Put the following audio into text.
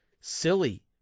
silly